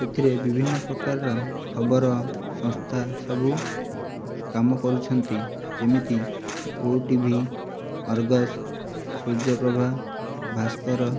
ସେଥିରେ ବିଭିନ୍ନ ପ୍ରକାରର ଖବର ସଂସ୍ଥା ସବୁ କାମ କରୁଛନ୍ତି ଯେମିତି ଓଟିଭି ଅର୍ଗସ ସୂର୍ଯ୍ୟପ୍ରଭା ଭାସ୍କର